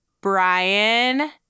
Brian